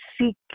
seek